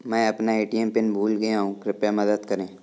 मैं अपना ATM PIN भूल गया हूँ, कृपया मदद करें